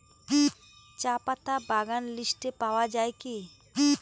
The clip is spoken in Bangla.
চাপাতা বাগান লিস্টে পাওয়া যায় কি?